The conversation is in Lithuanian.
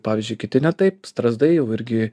pavyzdžiui kiti ne taip strazdai jau irgi